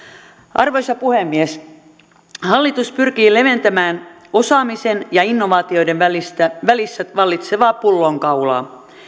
arvoisa puhemies hallitus pyrkii leventämään osaamisen ja innovaatioiden välissä välissä vallitsevaa pullonkaulaa